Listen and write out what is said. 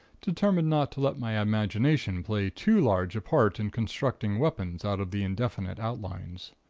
determined not to let my imagination play too large a part in constructing weapons out of the indefinite outlines.